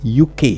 UK